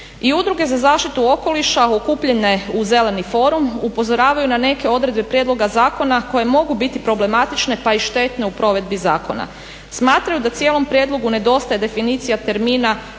I udruge za zaštitu okoliša okupljene u Zeleni forum upozoravaju na neke odredbe prijedloga zakona koje mogu biti problematične pa i štetne u provedbi zakona. Smatraju da cijelom prijedlogu nedostaje definicija termina